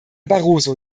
barroso